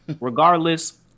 Regardless